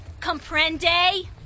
Comprende